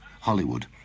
Hollywood